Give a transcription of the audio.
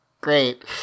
great